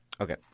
Okay